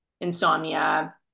insomnia